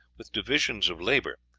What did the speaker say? with divisions of labor,